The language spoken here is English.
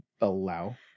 allow